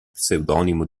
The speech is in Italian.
pseudonimo